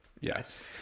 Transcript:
yes